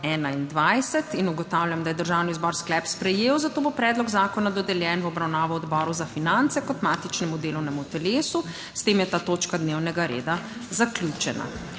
23.) Ugotavljam, da je Državni zbor sklep sprejel, zato bo predlog zakona dodeljen v obravnavo Odboru za finance kot matičnemu delovnemu telesu in ta točka dnevnega reda je zdaj zaključena.